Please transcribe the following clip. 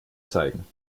zeigen